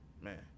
Man